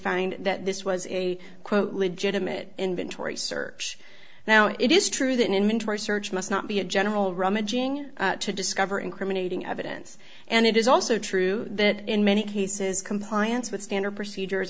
find that this was a quote legitimate inventory search now it is true that inventory search must not be a general rummaging to discover incriminating evidence and it is also true that in many cases compliance with standard procedures